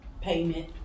payment